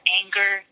anger